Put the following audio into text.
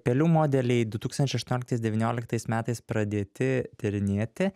pelių modeliai du tūkstančiai aštuonioliktais devynioliktais metais pradėti tyrinėti